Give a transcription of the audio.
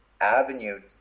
Avenue